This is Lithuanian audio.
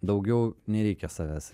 daugiau nereikia savęs